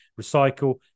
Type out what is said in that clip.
recycle